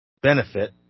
benefit